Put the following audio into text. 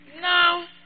Now